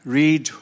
read